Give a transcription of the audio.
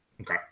Okay